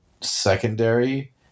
Secondary